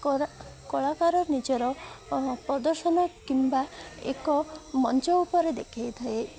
କରା କଳାକାର ନିଜର ପ୍ରଦର୍ଶନ କିମ୍ବା ଏକ ମଞ୍ଚ ଉପରେ ଦେଖେଇଥାଏ